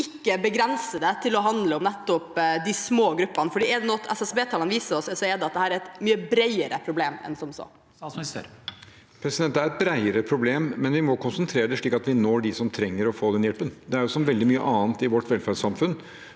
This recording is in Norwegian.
ikke begrenser det til å handle om de små gruppene, for er det noe SSB-tallene viser oss, er det at dette er et mye bredere problem enn som så. Statsminister Jonas Gahr Støre Det er et bredere problem, men vi må konsentrere det slik at vi når dem som trenger å få den hjelpen. Det er som veldig mye annet i vårt velferdssamfunn,